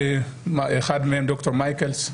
אחד מהם ד"ר מייקלס,